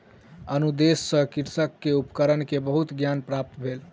अनुदेश सॅ कृषक के उपकरण के बहुत ज्ञान प्राप्त भेल